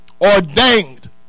ordained